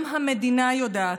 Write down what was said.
גם המדינה יודעת,